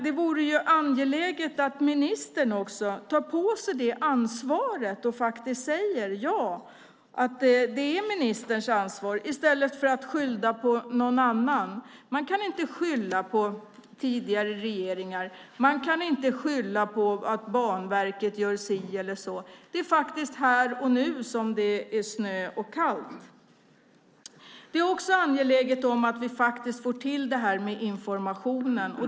Det är angeläget att ministern tar sitt ansvar i stället för att skylla på någon annan. Man kan inte skylla på tidigare regeringar. Man kan inte skylla på att Banverket gör si eller så. Det är här och nu som det är snö och kallt. Det är också angeläget att vi får till informationen.